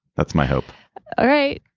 that's my hope all right.